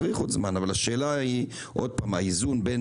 צריך עוד זמן אבל השאלה היא האיזון בין